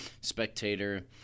spectator